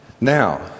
Now